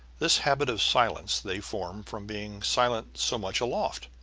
this habit of silence they form from being silent so much aloft.